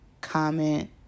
comment